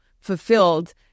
fulfilled